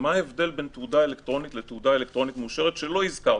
מה ההבדל בין תעודה אלקטרונית לתעודה אלקטרונית מאושרת שלא הזכרתם?